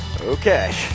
Okay